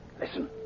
Listen